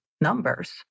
numbers